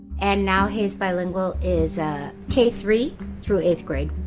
and now, he's bilingual, is ah k three through eighth grade.